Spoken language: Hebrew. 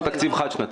הוא תקציב חד-שנתי.